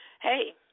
Hey